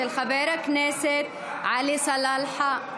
של חבר הכנסת עלי סלאלחה.